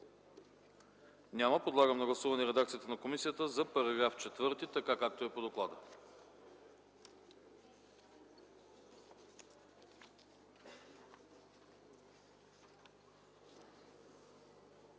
Няма. Подлагам на гласуване редакцията на комисията за § 4, както е по доклада.